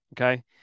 Okay